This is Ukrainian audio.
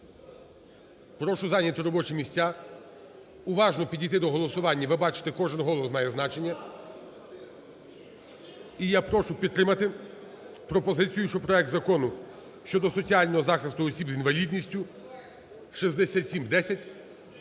прошу зайняти робочі місця, уважно підійти до голосування. Ви бачите, кожен голос має значення. І я прошу підтримати пропозицію, щоб проект Закону щодо соціального захисту осіб з інвалідністю (6710)